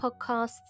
podcasts